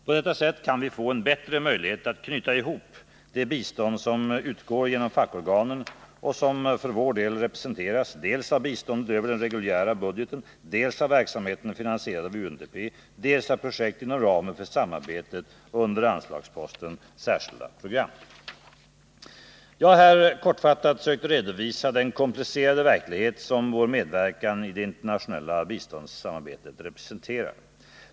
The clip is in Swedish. På detta sätt kan vi få en bättre möjlighet att knyta ihop det bistånd som utgår genom fackorganen och som för vår del representeras dels av biståndet över den reguljära budgeten, dels av verksamhet finansierad av UNDP, dels av projekt inom ramen för samarbetet under anslagsposten Särskilda program. Jag har här kortfattat sökt redovisa den komplicerade verklighet som vår medverkan i det internationella biståndssamarbetet representerar.